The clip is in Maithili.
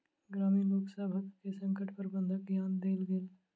ग्रामीण लोकसभ के संकट प्रबंधनक ज्ञान देल गेल